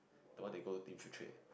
the one they go think fill track